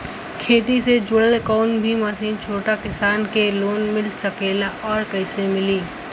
खेती से जुड़ल कौन भी मशीन छोटा किसान के लोन मिल सकेला और कइसे मिली?